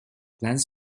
plans